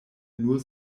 nur